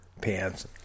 pants